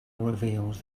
reveals